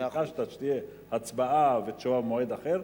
ביקשת שתהיה הצבעה ותשובה במועד אחר.